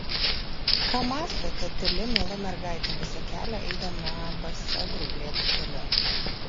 ką mąstė ta tyli miela mergaitė visą kelią eidama basa grublėtu keliu